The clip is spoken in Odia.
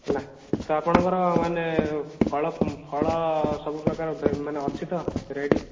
ହେଲା ତ ଆପଣଙ୍କର ମାନେ ଫଳ ଫଳ ସବୁ ପ୍ରକାର ମାନେ ଅଛି ତ ଭେରାଇଟି